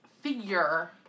figure